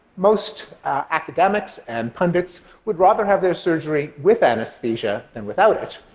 most academics and pundits would rather have their surgery with anesthesia than without it.